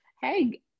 Hey